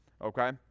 Okay